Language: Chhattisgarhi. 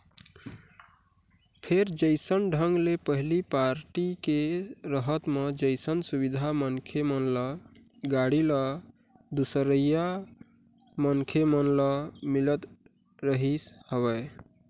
फेर जइसन ढंग ले पहिली पारटी के रहत म जइसन सुबिधा मनखे मन ल, गाड़ी ल, दूसरइया मनखे मन ल मिलत रिहिस हवय